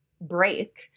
break